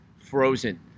frozen